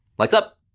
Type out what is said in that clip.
lights up,